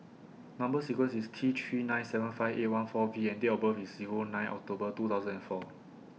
Number sequence IS T three nine seven five eight one four V and Date of birth IS Zero nine October two thousand and four